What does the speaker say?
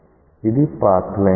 ఇది path line 3